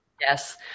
Yes